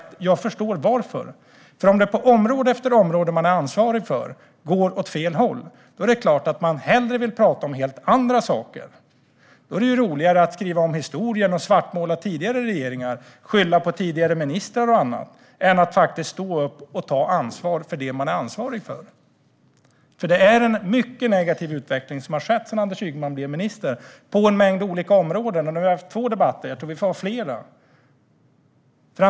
Jag förstår varför, för om det på område efter område man är ansvarig för går åt fel håll vill man såklart hellre tala om annat. Då är det roligare att skriva om historien och svartmåla tidigare regeringar och skylla på tidigare ministrar och annat än att stå upp och ta ansvar för det man är ansvarig för. Det har skett en mycket negativ utveckling på en rad områden sedan Anders Ygeman blev minister. Vi har nu haft två debatter, och jag tror att vi får ha fler.